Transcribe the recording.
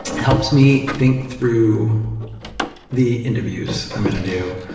helps me think through the interviews i'm going to do.